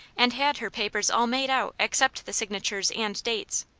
and had her papers all made out except the signatures and dates.